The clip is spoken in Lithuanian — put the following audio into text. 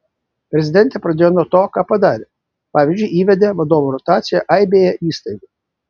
prezidentė pradėjo nuo to ką padarė pavyzdžiui įvedė vadovų rotaciją aibėje įstaigų